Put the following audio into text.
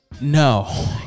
No